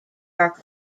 are